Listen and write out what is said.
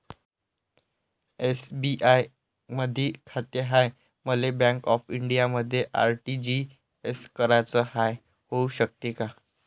SBI मधी खाते हाय, मले बँक ऑफ इंडियामध्ये आर.टी.जी.एस कराच हाय, होऊ शकते का?